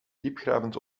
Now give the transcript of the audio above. diepgravend